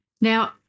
Now